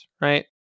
right